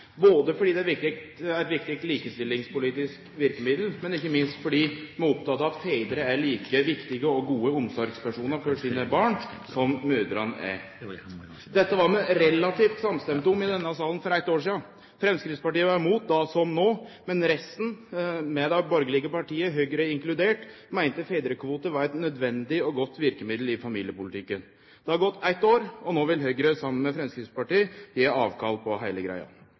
både fordi det er eit viktig likestillingspolitisk verkemiddel, og ikkje minst fordi vi er opptekne av at fedrar er like viktige og gode omsorgspersonar for sine barn som mødrene er. Dette var vi relativt samstemde om i denne salen for eitt år sidan. Framstegspartiet var imot då som no, men resten, med dei borgerlege partia – Høgre inkludert – meinte fedrekvote var eit nødvendig og godt verkemiddel i familiepolitikken. Det har gått eitt år, og no vil Høgre saman med Framstegspartiet gi avkall på heile greia.